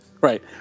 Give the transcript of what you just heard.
Right